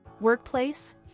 Workplace